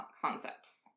concepts